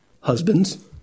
husbands